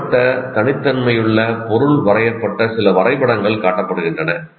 வேறுபட்ட தனித்தன்மையுள்ள பொருள் வரையப்பட்ட சில வரைபடங்கள் காட்டப்படுகின்றன